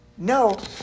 No